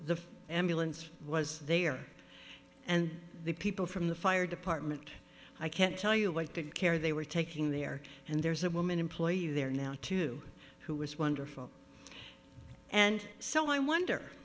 the ambulance was there and the people from the fire department i can't tell you what the care they were taking there and there's a woman employee there now too who was wonderful and so i wonder